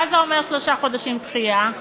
מה זה אומר שלושה חודשים דחייה?